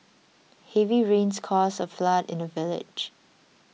heavy rains caused a flood in the village